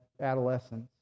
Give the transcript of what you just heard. adolescence